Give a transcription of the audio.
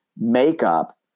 makeup